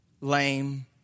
lame